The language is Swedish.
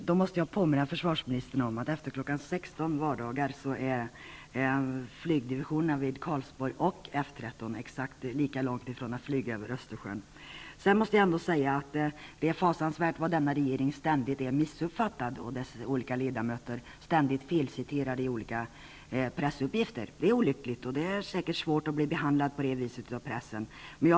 Fru talman! Jag måste påminna försvarsministern om att på flygdivisionerna vid Karlsborg och F 13 efter kl. 16.00 på vardagar exakt lika långt till att flyga över Östersjön. Det är fasansvärt vad denna regering ständigt är missuppfattad. Ledamöterna är ständigt felciterade i olika pressuppgifter. Det är säkert svårt att bli behandlad på det viset av pressen.